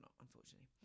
unfortunately